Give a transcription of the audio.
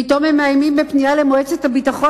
פתאום הם מאיימים בפנייה למועצת הביטחון